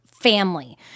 family